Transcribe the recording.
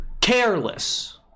careless